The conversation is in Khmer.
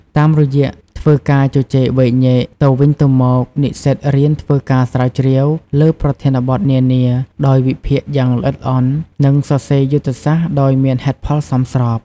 តាមរយៈធ្វើការជជែកវែកញែកទៅវិញទៅមក និស្សិតរៀនធ្វើការស្រាវជ្រាវលើប្រធានបទនានាដោយវិភាគយ៉ាងល្អិតល្អន់ និងសរសេរយុទ្ធសាស្ត្រដោយមានហេតុផលសមស្រប។